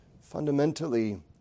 Fundamentally